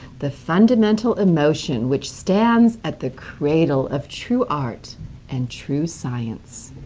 the fundamental emotion which stands at the cradle of true art and true science.